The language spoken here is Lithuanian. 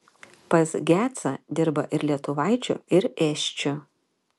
pas gecą dirba ir lietuvaičių ir esčių